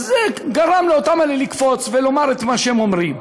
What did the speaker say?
אז זה גרם לאותם אלה לקפוץ ולומר את מה שהם אומרים.